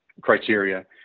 criteria